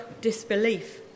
disbelief